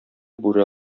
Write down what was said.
бүре